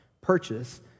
purchase